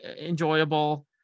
enjoyable